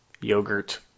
yogurt